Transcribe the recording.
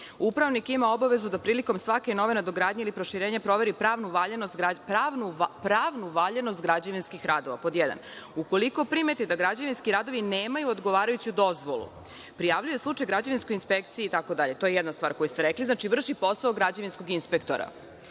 upravnik ima obavezu da prilikom svake nove nadogradnje ili proširenja, proveri pravnu valjanost građevinskih radova, pod jedan. Ukoliko primeti da građevinski radovi nemaju odgovarajuću dozvolu, prijavljuje slučaj građevinskoj inspekciji itd. To je jedna stvar koju ste rekli, znači vrši posao građevinskog inspektora.